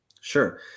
Sure